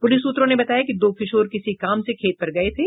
police सूत्रों ने बताया कि दो किशोर किसी काम से खेत पर गये थे